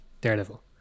Daredevil